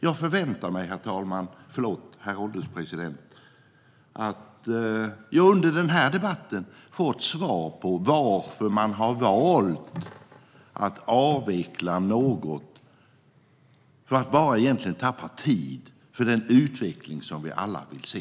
Jag förväntar mig, herr ålderspresident, att under den här debatten få svar på varför man har valt att avveckla något för att egentligen bara tappa tid för den utveckling som vi alla vill se.